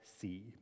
see